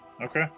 Okay